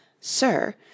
Sir